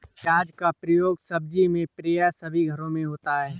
प्याज का प्रयोग सब्जी में प्राय सभी घरों में होता है